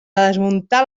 desmuntar